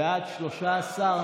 חברי הכנסת בצלאל סמוטריץ',